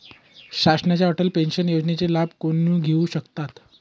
शासनाच्या अटल पेन्शन योजनेचा लाभ कोण घेऊ शकतात?